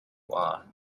are